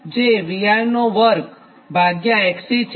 જે │ VR │2 Xc છે